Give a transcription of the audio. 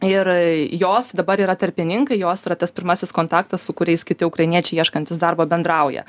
ir jos dabar yra tarpininkai jos yra tas pirmasis kontaktas su kuriais kiti ukrainiečiai ieškantys darbo bendrauja